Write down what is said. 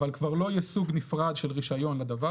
אבל כבר לא יהיה סוג נפרד של רישיון לדבר